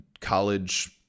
college